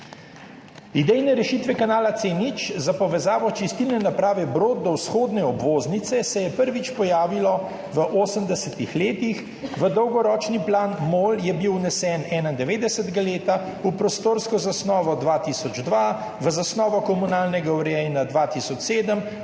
Idejne rešitve kanala C0 za povezavo čistilne naprave Brod do vzhodne obvoznice so se prvič pojavile v 80. letih, v dolgoročni plan MOL je bil vnesen 1991. leta, v prostorsko zasnovo 2002, v zasnovo komunalnega urejanja 2007.